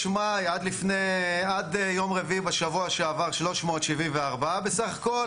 מאי עד יום רביעי בשבוע שעבר 374 בסך הכול,